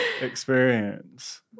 experience